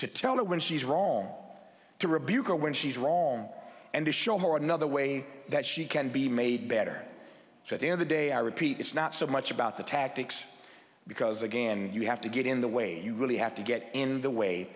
to tell her when she's wrong to rebuke her when she's wrong and to show more another way that she can be made better that the other day i repeat it's not so much about the tactics because again you have to get in the way you really have to get in the way